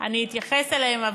אני אתייחס אליהם.